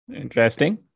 Interesting